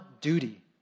duty